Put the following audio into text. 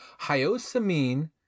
Hyosamine